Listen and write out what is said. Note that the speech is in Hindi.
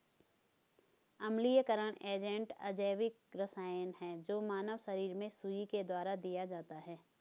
अम्लीयकरण एजेंट अजैविक रसायन है जो मानव शरीर में सुई के द्वारा दिया जाता है